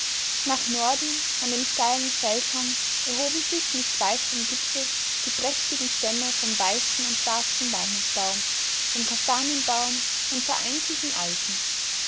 nach norden an dem steilen felshang erhoben sich nicht weit vom gipfel die prächtigen stämme vom weißen und schwarzen walnußbaum vom kastanienbaum und vereinzelten eichen